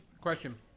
Question